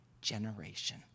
generation